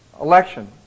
Election